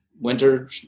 winter